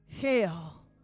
hell